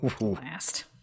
Last